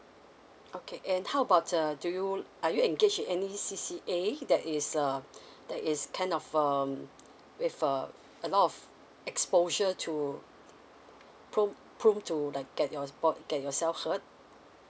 okay and how about err do you are you engage in any C_C_A that is uh that is kind of um with uh a lot of exposure to prone prone to like get your sport get yourself hurt